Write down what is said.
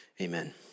Amen